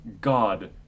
God